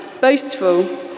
boastful